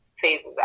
phases